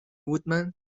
woodman